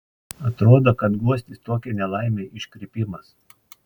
atrodo kad guostis tokia nelaime iškrypimas